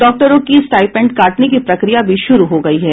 डॉक्टरों की स्टाइपेंड काटने की प्रक्रिया भी शुरू हो गई है